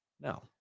no